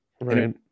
right